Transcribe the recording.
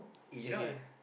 okay okay